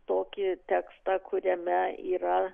tokį tekstą kuriame yra